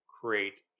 create